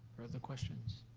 further questions,